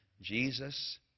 Jesus